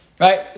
Right